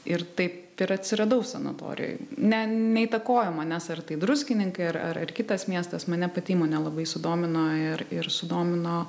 ir taip ir atsiradau sanatorijoj ne neįtakojo manęs ar tai druskininkai ar ar kitas miestas mane pati įmonė labai sudomino ir ir sudomino